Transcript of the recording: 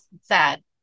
sad